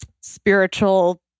spiritual